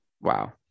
Wow